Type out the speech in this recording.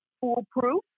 foolproof